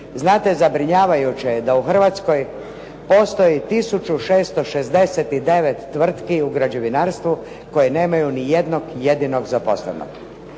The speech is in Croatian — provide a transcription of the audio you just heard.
Znate, zabrinjavajuće je da u Hrvatskoj postoji 1669 tvrtki u građevinarstvu koje nemaju ni jednog jedinog zaposlenog,